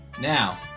Now